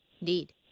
Indeed